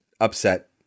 upset